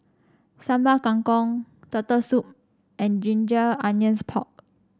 Sambal Kangkong Turtle Soup and Ginger Onions Pork